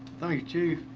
thank you.